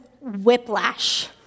whiplash